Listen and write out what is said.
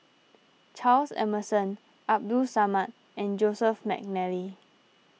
Charles Emmerson Abdul Samad and Joseph McNally